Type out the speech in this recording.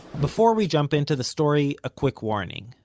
before we jump into the story, a quick warning.